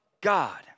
God